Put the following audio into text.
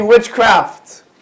Witchcraft